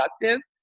productive